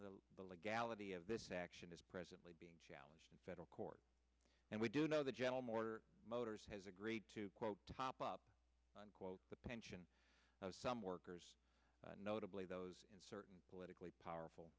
plans the illegality of this action is presently being challenged in federal court and we do know the general mordor motors has agreed to quote top up unquote the pension of some workers notably those in certain politically powerful